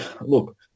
look